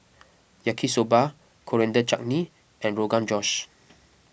Yaki Soba Coriander Chutney and Rogan Josh